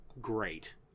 great